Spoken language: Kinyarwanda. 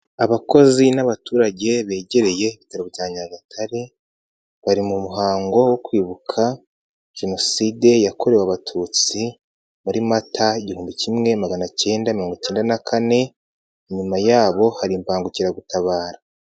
Abakozi n'abaturage begereye Ibitaro bya Nyagatare bari mu muhango wo kwibuka Jenoside yakorewe Abatutsi muri mata igihumbi kimwe maganacyenda mirongocyenda na kane, inyuma yabo hari imbangukiragutabara.